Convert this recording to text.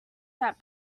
that